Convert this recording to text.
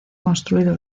construido